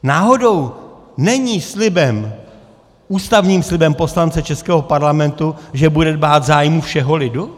Náhodou není slibem, ústavním slibem poslance českého Parlamentu, že bude dbát zájmu všeho lidu?